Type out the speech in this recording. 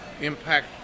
impact